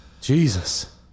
Jesus